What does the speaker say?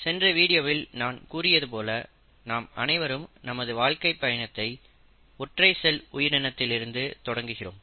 சென்ற வீடியோவில் நான் கூறியது போல நாம் அனைவரும் நமது வாழ்க்கைப் பயணத்தை ஒற்றை செல் உயிரினத்தில் இருந்து தொடங்குகிறோம்